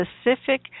specific